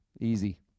Easy